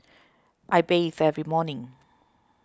I bathe every morning